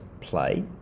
play